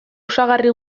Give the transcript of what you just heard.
osagarri